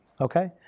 Okay